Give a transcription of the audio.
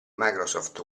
microsoft